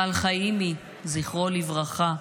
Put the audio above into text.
טל חיימי, זכרו לברכה,